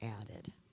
added